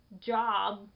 job